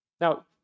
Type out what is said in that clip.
Now